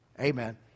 Amen